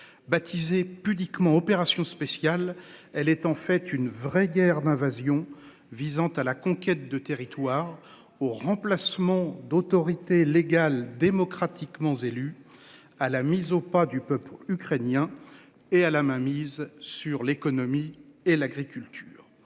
baptisé pudiquement opération spéciale, elle est en fait une vraie guerre d'invasion visant à la conquête de territoires au remplacement d'autorité légale démocratiquement élu à la mise au pas du peuple ukrainien. Et à la mainmise sur l'économie et l'agriculture.